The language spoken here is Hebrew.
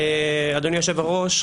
אדוני היושב ראש,